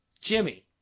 Jimmy